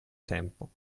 tempo